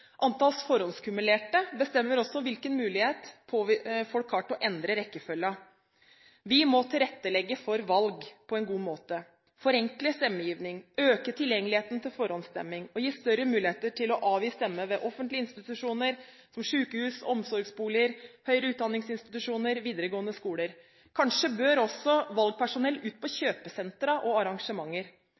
Antall forhåndskumulerte bestemmer også hvilken mulighet folk har til å endre rekkefølgen. Vi må tilrettelegge for valg på en god måte – forenkle stemmegivningen, øke tilgjengeligheten til forhåndsstemming og gi større mulighet til å avgi stemme ved offentlige institusjoner som sykehus, omsorgsboliger, høyere utdanningsinstitusjoner og videregående skoler. Kanskje bør også valgpersonell ut på kjøpesentre og på arrangementer?